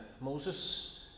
Moses